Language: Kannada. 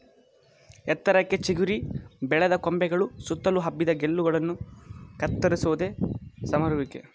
ಎತ್ತರಕ್ಕೆ ಚಿಗುರಿ ಬೆಳೆದ ಕೊಂಬೆಗಳು ಸುತ್ತಲು ಹಬ್ಬಿದ ಗೆಲ್ಲುಗಳನ್ನ ಕತ್ತರಿಸೋದೆ ಸಮರುವಿಕೆ